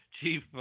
Chief